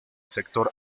sector